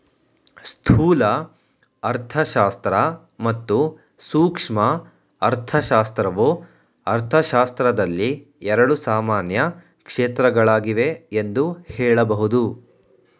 ಸ್ಥೂಲ ಅರ್ಥಶಾಸ್ತ್ರ ಮತ್ತು ಸೂಕ್ಷ್ಮ ಅರ್ಥಶಾಸ್ತ್ರವು ಅರ್ಥಶಾಸ್ತ್ರದಲ್ಲಿ ಎರಡು ಸಾಮಾನ್ಯ ಕ್ಷೇತ್ರಗಳಾಗಿವೆ ಎಂದು ಹೇಳಬಹುದು